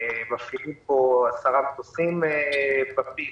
מפעילים פה 10 מטוסים ב-peak.